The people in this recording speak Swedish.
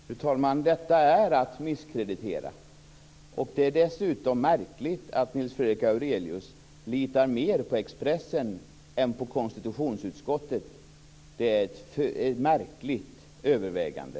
Fru talman! Detta är att misskreditera. Det är dessutom märkligt att Nils Fredrik Aurelius litar mer på Expressen än på konstitutionsutskottet. Det är ett märkligt övervägande.